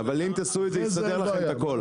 אבל אם תעשו את זה יסדר לכם את הכל,